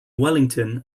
wellington